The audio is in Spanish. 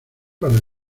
para